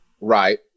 Right